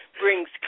brings